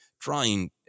trying